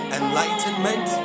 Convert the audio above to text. enlightenment